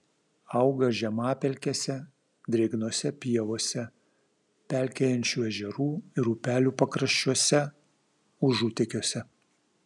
auga žemapelkėse drėgnose pievose pelkėjančių ežerų ir upelių pakraščiuose užutekiuose